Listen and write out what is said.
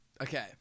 Okay